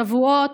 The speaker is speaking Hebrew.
שבועות,